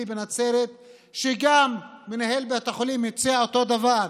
בנצרת שגם מנהל בית החולים הציע אותו דבר.